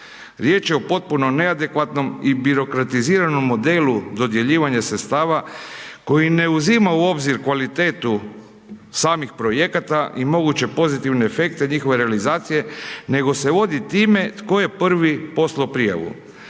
Riječ je o potpuno neadekvatnom i birokratiziranom modelu dodjeljivanja sredstava koji ne uzima u obzir kvalitetu samih projekata i moguće pozitivne efekte njihove realizacije, nego se vodi time tko je prvi poslao prijavu.